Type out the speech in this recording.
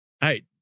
Hey